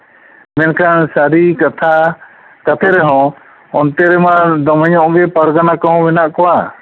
ᱢᱮᱱᱠᱷᱟᱱ ᱥᱟᱹᱨᱤ ᱠᱟᱛᱷᱟ ᱠᱟᱛᱮ ᱨᱮᱦᱚᱸ ᱚᱱᱛᱮ ᱨᱮᱢᱟ ᱫᱚᱢᱮ ᱧᱚᱜ ᱜᱮ ᱯᱟᱨᱜᱟᱱᱟ ᱠᱚᱦᱚᱸ ᱢᱮᱱᱟᱜ ᱠᱚᱣᱟ